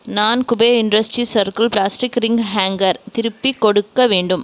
நான் Kuber industries circle plastic ring hanger திருப்பிக் கொடுக்க வேண்டும்